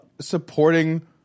supporting